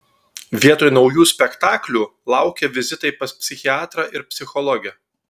vietoj naujų spektaklių laukė vizitai pas psichiatrą ir psichologę